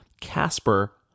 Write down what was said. Casper